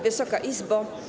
Wysoka Izbo!